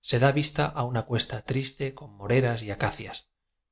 se ba vista a una cuesta triste con moreras y qcacias